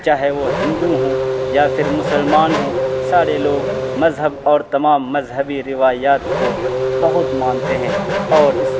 چاہے وہ ہندو ہوں یا پھر مسلمان ہوں سارے لوگ مذہب اور تمام مذہبی روایات کو بہت مانتے ہیں اور اس